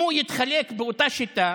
אם הוא יתחלק באותה שיטה,